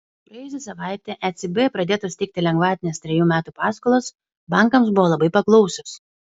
praėjusią savaitę ecb pradėtos teikti lengvatinės trejų metų paskolos bankams buvo labai paklausios